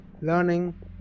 learning